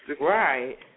Right